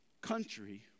country